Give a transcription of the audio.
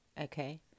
okay